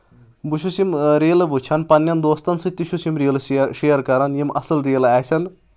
بہٕ چھُس یِم ریٖلہٕ وٕچھَان پَننؠن دوستَن سۭتۍ تہِ چھُس یِم ریٖلہٕ شیر کَرَان یِم اَصٕل ریٖلہٕ آسن